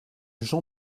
jean